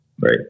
Right